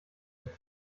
noch